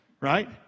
Right